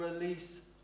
release